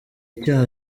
icyaha